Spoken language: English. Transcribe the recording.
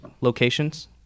locations